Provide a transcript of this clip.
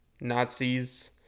Nazis